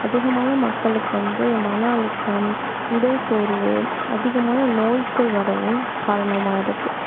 அதிகமான மக்களுக்கு வந்து மனஅழுத்தம் உடல்சோர்வு அதிகமான நோய்கள் வரவும் காரணமாக இருக்கு